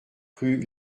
rue